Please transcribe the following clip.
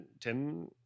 Tim